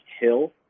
hill